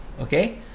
okay